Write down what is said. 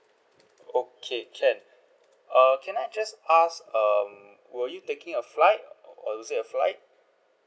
okay can err can I just ask um were you taking a flight or is it a flight